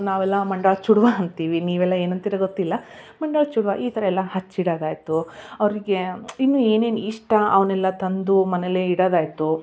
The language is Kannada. ನಾವೆಲ್ಲ ಮಂಡಾಳು ಚೂಡ್ವ ಅಂತೀವಿ ನೀವೆಲ್ಲ ಏನು ಅಂತೀರ ಗೊತ್ತಿಲ್ಲ ಮಂಡಾಳು ಚೂಡ್ವ ಈ ಥರ ಎಲ್ಲ ಹಚ್ಚಿಡೋದಾಯಿತು ಅವರಿಗೆ ಇನ್ನೂ ಏನೇನು ಇಷ್ಟ ಅವನ್ನೆಲ್ಲ ತಂದು ಮನೇಲೆ ಇಡೋದಾಯಿತು